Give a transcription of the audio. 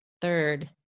Third